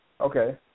Okay